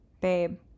Babe